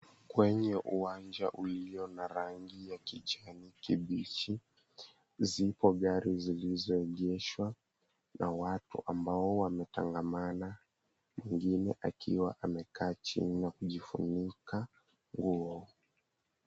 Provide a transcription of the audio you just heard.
Kwenye uwanja ulio na rangi ya kijani kibichi, zipo gari zilizoegeshwa. Na watu ambao wametangamana, mwengine akiwa amekaa chini na kujifunika nguo.